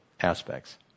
aspects